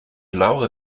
lower